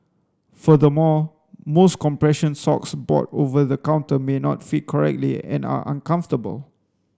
furthermore most compression socks bought over the counter may not fit correctly and are uncomfortable